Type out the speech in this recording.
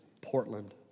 Portland